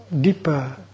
deeper